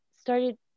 started